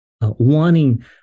wanting